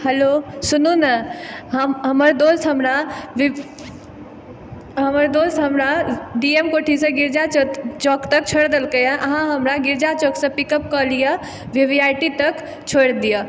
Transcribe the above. hello सुनू ने हमर दोस्त हमरा डी एम कोठीसँ गिरिजा चौक तक छोड़ि देलकै अहाँ हमरा गिरिजा चौकसँ पिक अप कऽ लिअ वि वि आई टी तक छोड़ि दिअ